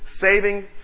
Saving